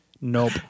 Nope